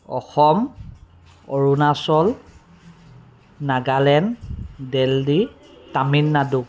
Assam Arunachal Nagaland Delhi Tamil Nadu